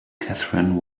catherine